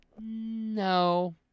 No